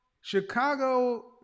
Chicago